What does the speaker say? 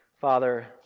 Father